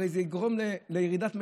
הרי זה יגרום לירידת מחירים.